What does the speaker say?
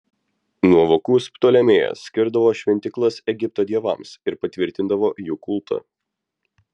nuovokus ptolemėjas skirdavo šventyklas egipto dievams ir patvirtindavo jų kultą